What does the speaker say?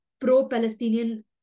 pro-Palestinian